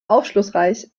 aufschlussreich